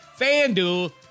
FanDuel